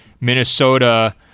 Minnesota